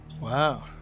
Wow